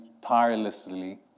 tirelessly